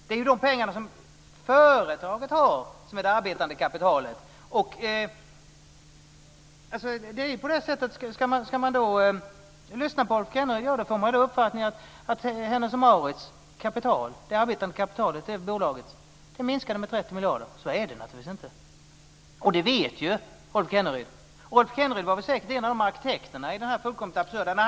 Det är de pengar som företaget har som är det arbetande kapitalet. När man lyssnar på Rolf Kenneryd får man den uppfattningen att det arbetande kapitalet i bolaget Hennes & Mauritz minskade med 30 miljarder. Så är det naturligtvis inte, och det vet ju Rolf Kenneryd. Rolf Kenneryd var säkert en av de arkitekterna till detta fullkomligt absurda system.